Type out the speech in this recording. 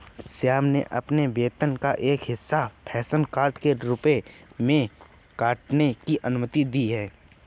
श्याम ने अपने वेतन का एक हिस्सा पेंशन फंड के रूप में काटने की अनुमति दी है